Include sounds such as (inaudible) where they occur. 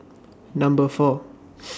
Number four (noise)